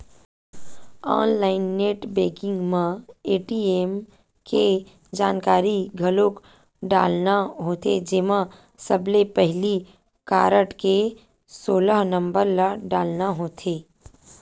online net banking म ATM के जानकारी घलोक डालना होथे जेमा सबले पहिली कारड के सोलह नंबर ल डालना होथे